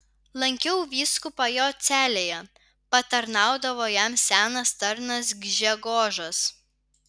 lankiau vyskupą jo celėje patarnaudavo jam senas tarnas gžegožas